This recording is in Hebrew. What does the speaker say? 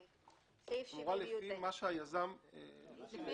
התמורה לפי מה שהיזם --?